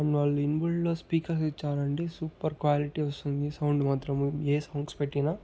and వాళ్ళు in built లో speakers ఇచ్చారండి సూపర్ క్వాలిటీ వస్తుంది సౌండ్ మాత్రము ఏ సాంగ్స్ పెట్టినా